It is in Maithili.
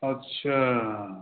अच्छा